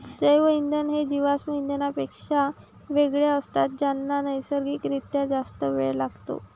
जैवइंधन हे जीवाश्म इंधनांपेक्षा वेगळे असतात ज्यांना नैसर्गिक रित्या जास्त वेळ लागतो